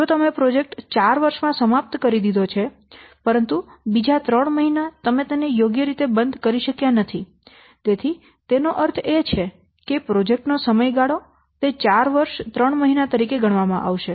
જો તમે પ્રોજેક્ટ ચાર વર્ષ માં સમાપ્ત કરી લીધો છે પરંતુ બીજા ત્રણ મહિના તમે તેને યોગ્ય રીતે બંધ કરી શક્યા નથી તેથી તેનો અર્થ એ કે પ્રોજેક્ટ નો સમયગાળો તે ચાર વર્ષ ત્રણ મહિના તરીકે ગણવામાં આવશે